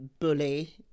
bully